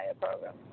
program